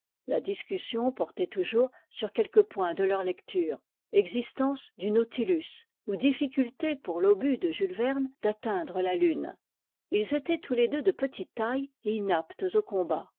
la discussion portait toujours sur quelque point de leur lecture existence du nau tilus ou difficulté pour l'obus de jules verne d'atteindre la lune ils étaient tous les deux de petite taille et inaptes au combat